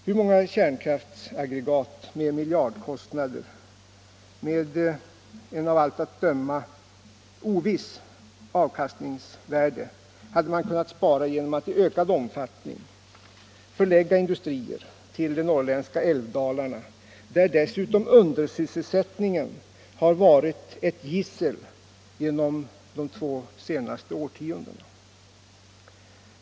Hur många kärnkraftsaggregat till miljardkostnader och med ett av allt att döma ovisst avkastningsvärde hade man kunnat spara in genom att i ökad omfattning förlägga industrier till de norrländska älvdalarna, där dessutom undersysselsättningen har varit ett gissel genom de två senaste årtiondena?